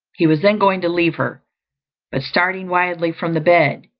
he was then going to leave her but starting wildly from the bed,